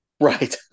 Right